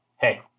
hey